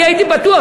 אני הייתי בטוח,